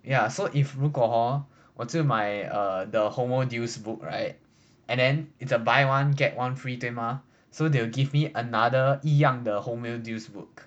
ya so if 如果 hor 我就买 err the homo deus book right and then it's a buy one get one free 对吗 so they'll give me another 一样的 homo deus book